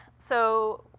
so,